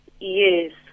Yes